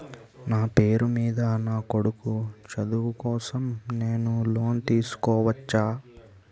నా పేరు మీద నా కొడుకు చదువు కోసం నేను లోన్ తీసుకోవచ్చా?